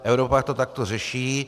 Evropa to takto řeší.